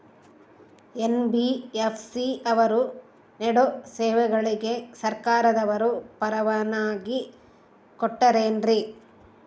NBFC ಅವರು ನೇಡೋ ಸೇವೆಗಳಿಗೆ ಸರ್ಕಾರದವರು ಪರವಾನಗಿ ಕೊಟ್ಟಾರೇನ್ರಿ?